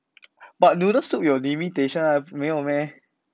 but noodle soup 有 limitation ah 没有 meh